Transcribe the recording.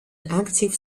active